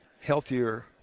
healthier